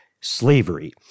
Slavery